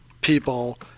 people